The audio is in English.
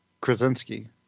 Krasinski